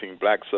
black